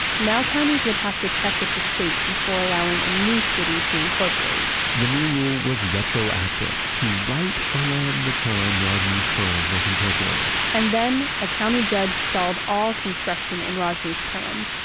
now counties would have to check with the state before allowing a new city to incorporate the new rule was retroactive to right around the time rajneeshpuram was incorporated and then a county judge stalled all construction in rajneeshpuram.